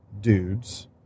dudes